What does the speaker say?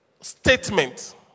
statement